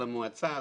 למועצה,